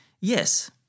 Yes